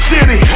City